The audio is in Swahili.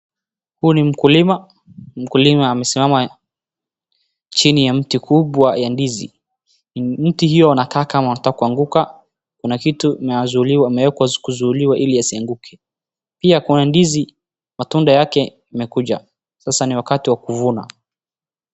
Huyu ni mkulima, mkulima amesimama chini ya mti mkubwa wa ndizi. Mti huo unakaa kama unataka kuanguka, kuna kitu kimewekwa kunazuiliwa ili usianguke. Pia kuna ndizi, matunda yake imekuja, sasa ni wakati wa kuvuna.